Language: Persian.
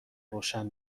روشن